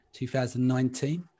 2019